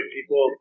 people